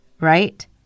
right